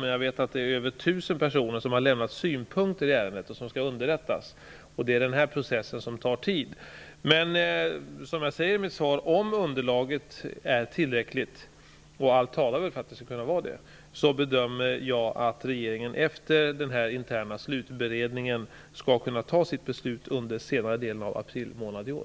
Men jag vet att det är över tusen personer som har lämnat synpunkter i ärendet och som skall underrättas. Det är den processen som tar tid. Som jag sade i mitt svar: ''Om underlaget för ett beslut därefter är tillräckligt'' -- och allt talar för att det skall kunna vara det -- ''bedömer jag att regeringen efter en intern slutberedning skall kunna fatta sitt beslut under senare delen av april månad i år''.